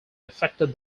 affected